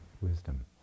wisdom